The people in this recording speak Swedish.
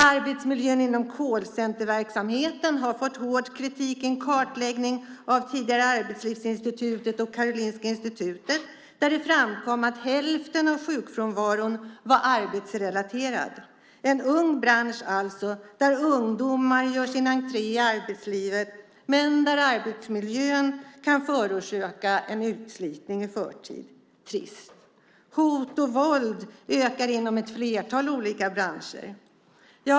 Arbetsmiljön inom callcenterverksamheten har fått hård kritik i en kartläggning av tidigare Arbetslivsinstitutet och av Karolinska Institutet där det framkom att hälften av sjukfrånvaron var arbetsrelaterad. Det är en ung bransch där ungdomar gör sin entré i arbetslivet, men där arbetsmiljön kan förorsaka utslitning i förtid. Det är trist. Hot och våld ökar inom ett flertal olika branscher.